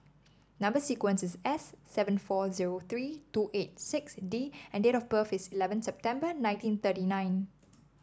number sequence is S seven four zero three two eight six D and date of birth is eleven September nineteen thirty nine